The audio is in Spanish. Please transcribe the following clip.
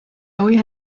voy